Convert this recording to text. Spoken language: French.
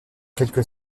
quelque